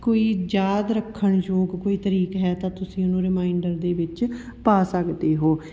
ਕੋਈ ਯਾਦ ਰੱਖਣ ਯੋਗ ਕੋਈ ਤਰੀਕ ਹੈ ਤਾਂ ਤੁਸੀਂ ਉਹਨੂੰ ਰੀਮਾਈਂਡਰ ਦੇ ਵਿੱਚ ਪਾ ਸਕਦੇ ਹੋ